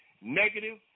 negative